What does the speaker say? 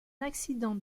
accident